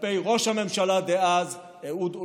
כלפי ראש הממשלה דאז אהוד אולמרט.